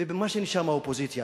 ובמה שנשאר מהאופוזיציה,